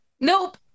Nope